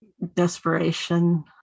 desperation